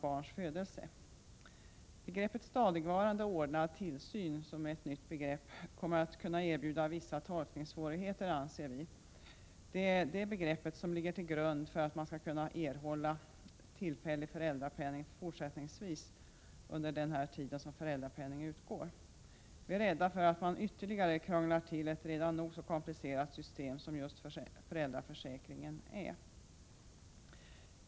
Begreppet stadigvarande ordnad tillsyn, som är ett nytt begrepp, kommer att förorsaka vissa tolkningssvårigheter, som vi ser det. Det är det begreppet som ligger till grund för att man skall kunna erhålla tillfällig föräldrapenning fortsättningsvis under den tid föräldrapenning utgår. Vi är rädda för att man ytterligare krånglar till ett redan nog så komplicerat system som just föräldraförsäkringen är.